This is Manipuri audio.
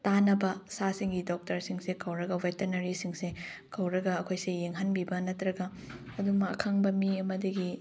ꯇꯥꯟꯅꯕ ꯁꯥꯁꯤꯡꯒꯤ ꯗꯣꯛꯇꯔꯁꯤꯡꯁꯦ ꯀꯧꯔꯒ ꯕꯦꯇꯅꯔꯤꯁꯤꯡꯁꯦ ꯀꯧꯔꯒ ꯑꯩꯈꯣꯏꯁꯦ ꯌꯦꯡꯍꯟꯕꯤꯕ ꯅꯠꯇ꯭ꯔꯒ ꯑꯗꯨꯝꯕ ꯑꯈꯪꯕ ꯃꯤ ꯑꯃꯗꯒꯤ